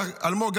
אלמוג,